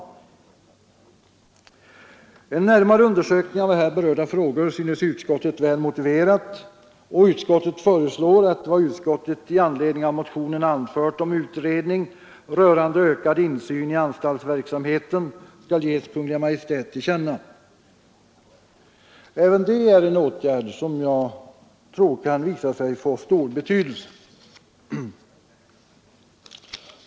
Utskottet finner en närmare undersökning av här berörda frågor väl motiverad och föreslår att vad utskottet i anledning av motionerna anfört om utredning rörande ökad insyn i anstaltsverksamheten skall ges Kungl. Maj:t till känna. Även det är en åtgärd som jag tror kan visa sig få stor betydelse.